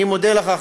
אני מודה לך,